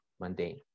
mundane